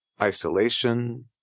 isolation